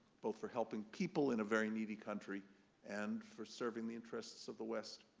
both for helping people in a very needy country and for serving the interests of the west.